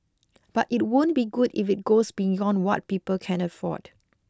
but it won't be good if it goes beyond what people can afford